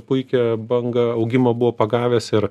puikią bangą augimo buvo pagavęs ir